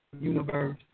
universe